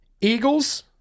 Eagles